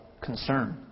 concern